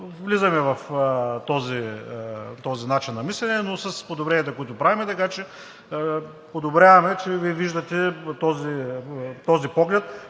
влизаме в този начин на мислене, но с подобренията, които правим, така че одобряваме, че Вие виждате този поглед.